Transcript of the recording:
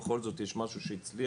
בכל זאת יש משהו שהצליח.